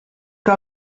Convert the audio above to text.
que